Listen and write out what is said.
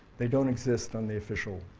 they don't exist on the official